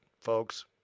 folks